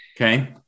Okay